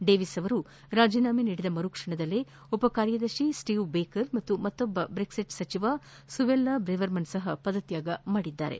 Davis ಅವರು ರಾಜೀನಾಮೆ ನೀಡಿದ ಮರುಕ್ಷಣದಲ್ಲೇ ಉಪಕಾರ್ಯದರ್ಶಿ ಸ್ಸೀವ್ ಬೇಕರ್ ಹಾಗೂ ಮತ್ತೊಬ್ಬ ಬ್ರೆಕ್ಸಿಟ್ ಸಚಿವ ಸುವೆಲ್ಲಾ ಬ್ರೇವರ್ಮನ್ ಸಹ ಪದತ್ಯಾಗ ಮಾಡಿದ್ದಾರೆ